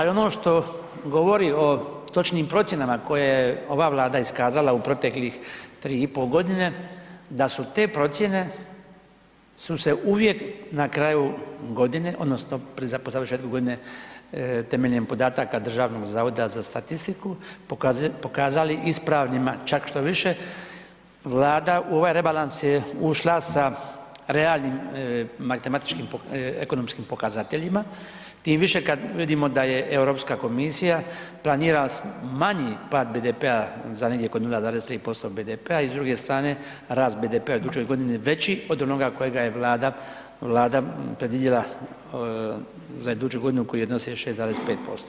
Al ono što govori o točnim procjenama koje je ova Vlada iskazala u proteklih 3,5.g. da su te procjene, su se uvijek na kraju godine odnosno pri završetku godine temelje podataka Državnog zavoda za statistiku, pokazali ispravnima, čak štoviše, Vlada u ovaj rebalans je ušla sa realnim matematičkim ekonomskim pokazateljima, tim više kad vidimo da je Europska komisija planira manji pad BDP-a za negdje oko 0,3% BDP-a i s druge strane rast BDP-a u idućoj godini veći od onoga kojega je Vlada, Vlada predvidjela za iduću godinu koji iznosi 6,5%